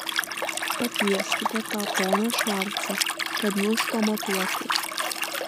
pakvieskite tą poną švarcą kad mus pamatuotų